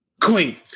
Queen